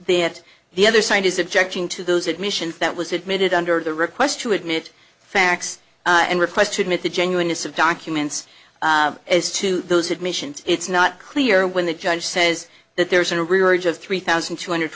that the other side is objecting to those admissions that was admitted under the request to admit facts and requests to admit the genuineness of documents as to those admissions it's not clear when the judge says that there is an age of three thousand two hundred